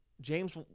James